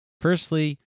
firstly